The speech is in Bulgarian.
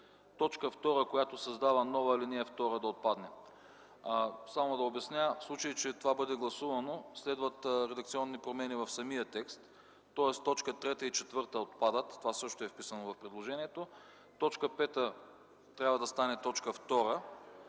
т. 2, в която се създава нова ал. 2, да отпадне. Само да обясня. В случай, че това бъде гласувано, следват редакционни промени в самия текст. Точки 3 и 4 отпадат – това също е вписано в предложението. Точка 5 трябва да стане т. 2,